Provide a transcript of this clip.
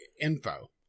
info